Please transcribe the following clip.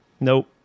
Nope